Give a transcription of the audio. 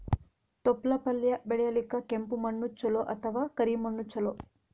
ತೊಪ್ಲಪಲ್ಯ ಬೆಳೆಯಲಿಕ ಕೆಂಪು ಮಣ್ಣು ಚಲೋ ಅಥವ ಕರಿ ಮಣ್ಣು ಚಲೋ?